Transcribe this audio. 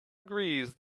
agrees